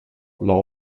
law